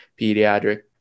pediatric